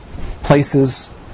places